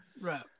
Right